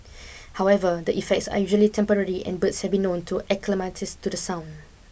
however the effects are usually temporary and birds have been known to acclimatise to the sound